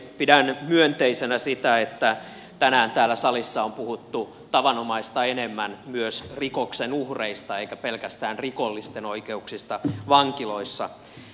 pidän myönteisenä sitä että tänään täällä salissa on puhuttu tavanomaista enemmän myös rikoksen uhreista eikä pelkästään rikollisten oikeuksista vankiloissa